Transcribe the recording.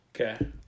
Okay